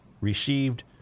received